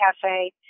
Cafe